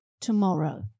tomorrow